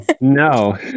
No